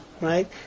right